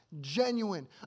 genuine